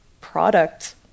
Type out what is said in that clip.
product